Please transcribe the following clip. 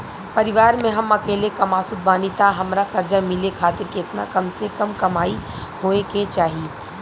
परिवार में हम अकेले कमासुत बानी त हमरा कर्जा मिले खातिर केतना कम से कम कमाई होए के चाही?